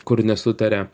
kur nesutaria